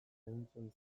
ehuntzen